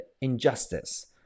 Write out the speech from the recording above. injustice